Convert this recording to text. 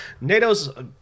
NATO's